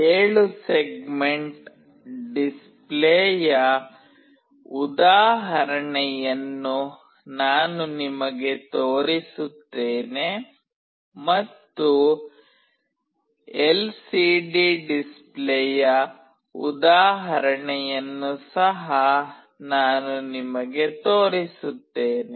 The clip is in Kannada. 7 ಸೆಗ್ಮೆಂಟ್ ಡಿಸ್ಪ್ಲೇಯ ಉದಾಹರಣೆಯನ್ನು ನಾನು ನಿಮಗೆ ತೋರಿಸುತ್ತೇನೆ ಮತ್ತು ಎಲ್ಸಿಡಿ ಡಿಸ್ಪ್ಲೇಯ ಉದಾಹರಣೆಯನ್ನು ಸಹಾ ನಾನು ನಿಮಗೆ ತೋರಿಸುತ್ತೇನೆ